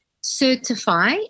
certify